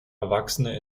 erwachsene